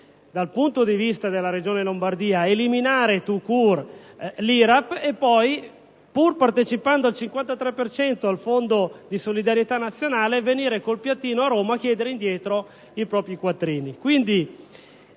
dal punto di vista della Regione Lombardia eliminare *tout court* l'IRAP e poi, pur partecipando al 53 per cento al fondo di solidarietà nazionale, venire con il piattino a Roma a chiedere indietro i propri quattrini.